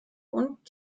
und